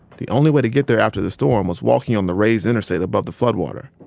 the only way to get there after the storm was walking on the raised interstate above the floodwater.